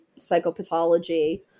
psychopathology